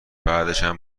بعدشم